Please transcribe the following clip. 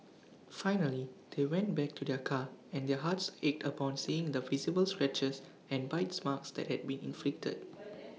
finally they went back to their car and their hearts ached upon seeing the visible scratches and bites marks that had been inflicted